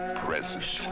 present